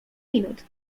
minut